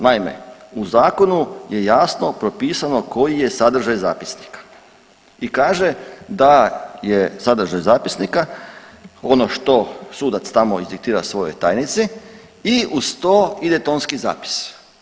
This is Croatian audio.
Naime, u zakonu je jasno propisano koji je sadržaj zapisnika i kaže da je sadržaj zapisnika ono što sudac tamo izdiktira svojoj tajnici i uz to ide tonski zapis.